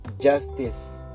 justice